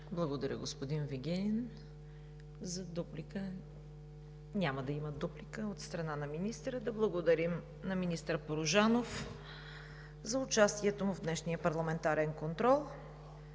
Благодаря, господин Вигенин. Ще вземете ли дуплика? Няма да има дуплика от страна на Министъра. Да благодарим на министър Порожанов за участието му в днешния парламентарен контрол.